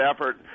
effort